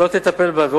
מינהלית,